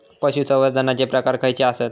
पशुसंवर्धनाचे प्रकार खयचे आसत?